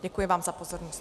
Děkuji vám za pozornost.